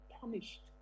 punished